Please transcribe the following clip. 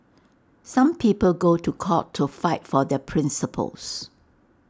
some people go to court to fight for their principles